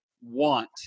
want